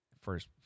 first